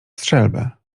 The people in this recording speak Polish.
strzelbę